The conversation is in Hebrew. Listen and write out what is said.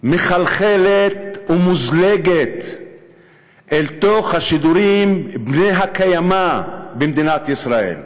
מחלחלת ומוזלגת אל תוך השידורים בני-הקיימא במדינת ישראל.